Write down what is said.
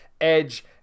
edge